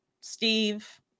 steve